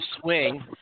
swing